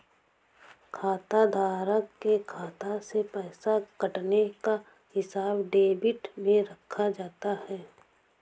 खाताधारक के खाता से पैसे कटने का हिसाब डेबिट में रखा जाता है